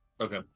Okay